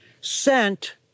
sent